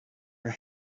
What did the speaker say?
her